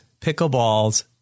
Pickleball's